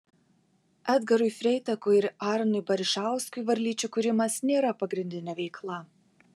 edgarui freitakui ir arnui barišauskui varlyčių kūrimas nėra pagrindinė veikla